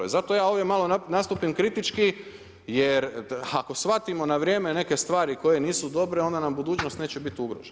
I zato ja ovdje malo nastupim kritički, jer ako shvatimo na vrijeme neke stvari koje nisu dobre, onda nam budućnost neće biti ugrožena.